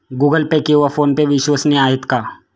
Google Pay किंवा PhonePe विश्वसनीय आहेत का?